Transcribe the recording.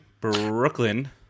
Brooklyn